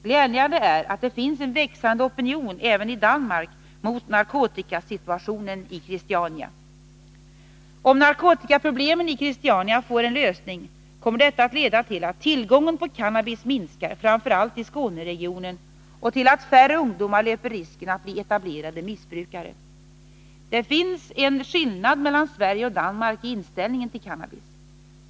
Glädjande är att det finns en växande opinion även i Danmark mot narkotikasituationen i Christiania. Om narkotikaproblemen i Christiania får en lösning kommer detta att leda till att tillgången på cannabis minskar framför allt i Skåneregionen och till att färre ungdomar löper risken att bli etablerade missbrukare. Det finns en skillnad mellan Sverige och Danmark i inställningen till cannabis.